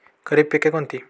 खरीप पिके कोणती?